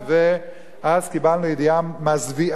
ואז קיבלנו ידיעה מזוויעה,